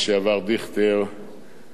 הוא איש עתיר זכויות,